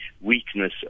weakness